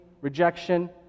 rejection